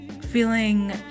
feeling